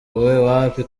wapi